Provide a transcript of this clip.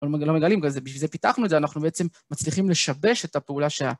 לא מגלים כזה, בשביל זה פיתחנו את זה, אנחנו בעצם מצליחים לשבש את הפעולה שה...